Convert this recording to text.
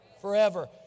Forever